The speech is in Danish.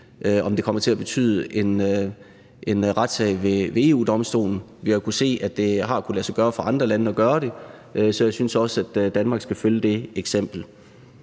om det kommer til at betyde en retssag ved EU-Domstolen. Vi har kunnet se, at det har kunnet lade sig gøre for andre lande, så jeg synes også, at Danmark skal følge de eksempler.